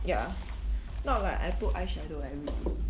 ya not like I put eyeshadow everyday